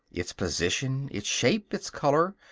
its position, its shape, its color,